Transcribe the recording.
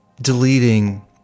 deleting